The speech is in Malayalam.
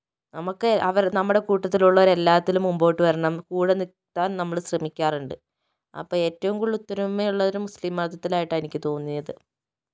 നമുക്ക് അവർ നമ്മുടെ കൂട്ടത്തിലുള്ളവർ എല്ലാറ്റിലും മുമ്പോട്ട് വരണം കൂടെ നിൽക്കാൻ നമ്മൾ ശ്രമിക്കാറുണ്ട് അപ്പോൾ ഏറ്റവും കൂടുതൽ ഒത്തൊരുമയുള്ളത് മുസ്ലിം മതത്തിലായിട്ടാണ് എനിക്ക് തോന്നിയത്